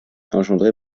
engendré